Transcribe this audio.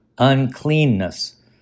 uncleanness